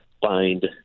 find